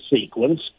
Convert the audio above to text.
sequence